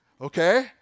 okay